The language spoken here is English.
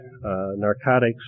narcotics